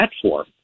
platform